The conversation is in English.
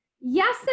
yes